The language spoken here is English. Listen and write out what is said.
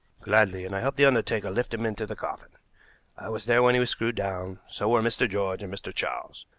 gladly, and i helped the undertaker lift him into the coffin. i was there when he was screwed down, so were mr. george and mr. charles.